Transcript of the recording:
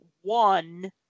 one